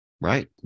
Right